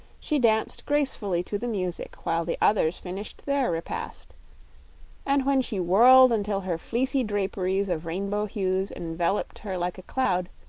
she danced gracefully to the music while the others finished their repast and when she whirled until her fleecy draperies of rainbow hues enveloped her like a cloud,